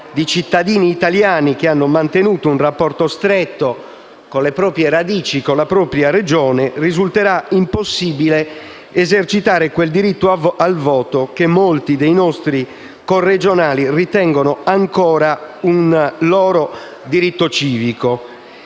cittadini italiani che hanno mantenuto un rapporto stretto con le proprie radici e la propria Regione, risulterà impossibile esercitare quel diritto al voto che molti dei nostri corregionali ritengono ancora un loro diritto civico.